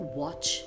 watch